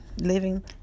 living